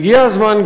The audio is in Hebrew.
הגיע הזמן,